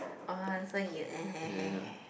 orh so you